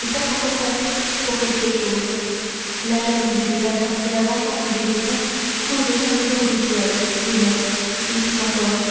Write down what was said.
étant encore comptées pour quelque chose la jalousie des amants et la vengeance des époux causent chaque jour des duels des meurtres et pis encore